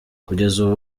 kugeza